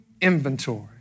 inventory